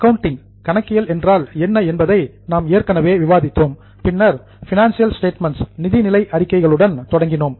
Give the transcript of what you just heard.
accounting கணக்கியல் என்றால் என்ன என்பதை நாம் ஏற்கனவே விவாதித்தோம் பின்னர் பினான்சியல் ஸ்டேட்மெண்ட்ஸ் நிதிநிலை அறிக்கைகளுடன் தொடங்கினோம்